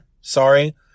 Sorry